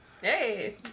Hey